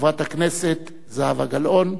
חברת הכנסת זהבה גלאון,